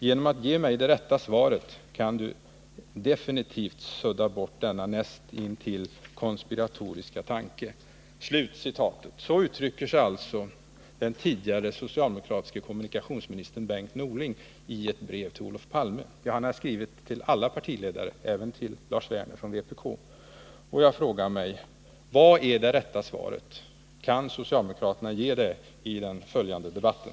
Genom att ge mig det rätta svaret kan Du definitivt sudda bort denna näst intill konspiratoriska tanke.” Så uttrycker sig alltså den tidigare socialdemokratiske kommunikations ministern Bengt Norling i ett brev till Olof Palme. Ja, han har skrivit till alla — Nr 164 partiledare, även till Lars Werner i vpk. Jag frågar mig: Vad är det rätta svaret? Kan socialdemokraterna ge det i den följande debatten?